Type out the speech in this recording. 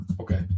Okay